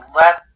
let